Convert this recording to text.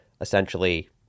essentially